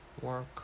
work